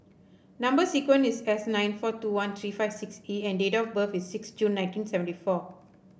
number sequence is S nine four two one three five six E and date of birth is six June nineteen seventy four